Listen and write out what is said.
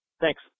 Thanks